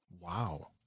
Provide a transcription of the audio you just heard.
Wow